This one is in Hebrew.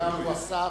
והוא גם השר